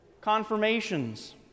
Confirmations